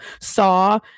saw